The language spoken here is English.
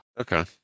Okay